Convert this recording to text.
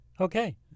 okay